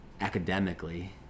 academically